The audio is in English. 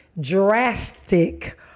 drastic